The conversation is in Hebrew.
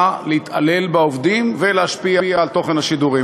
להתעלל בעובדים ולהשפיע על תוכן השידורים,